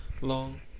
Long